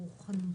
ברוך הנמצא,